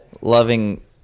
loving